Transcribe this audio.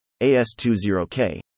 AS20K